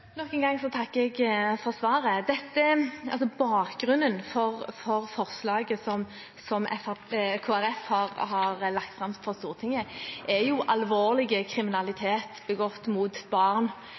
Nok en gang takker jeg for svaret. Bakgrunnen for forslaget som Kristelig Folkeparti har lagt fram for Stortinget, er alvorlig